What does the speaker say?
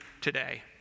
today